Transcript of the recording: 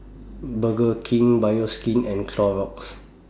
Burger King Bioskin and Clorox